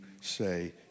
say